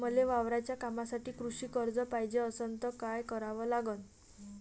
मले वावराच्या कामासाठी कृषी कर्ज पायजे असनं त काय कराव लागन?